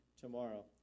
tomorrow